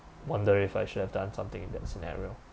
wonder if I should have done something in that scenario